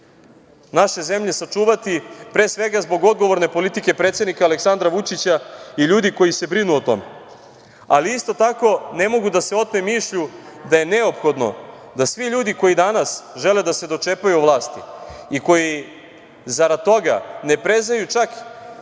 naše zemlje sačuvati, pre svega, zbog odgovorne politike predsednika Aleksandra Vučića i ljudi koji se brinu o tome, ali isto tako ne mogu da se otmem mišlju da je neophodno da svi ljudi koji danas žele da se dočepaju vlasti i koji zarad toga ne prezaju čak